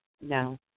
no